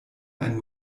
ein